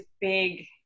big